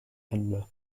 hände